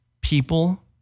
people